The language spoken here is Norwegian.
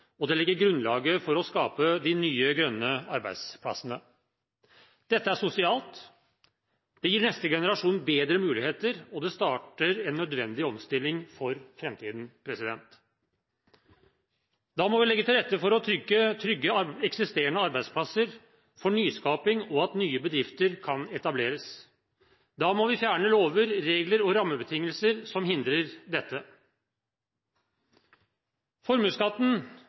Og det legger grunnlaget for å skape de nye, grønne arbeidsplassene. Dette er sosialt, det gir neste generasjon bedre muligheter, og det starter en nødvendig omstilling for framtiden. Da må vi legge til rette for å trygge eksisterende arbeidsplasser, for nyskaping og for at nye bedrifter kan etableres. Da må vi fjerne lover, regler og rammebetingelser som hindrer dette. Formuesskatten